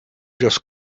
just